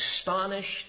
astonished